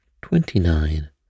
twenty-nine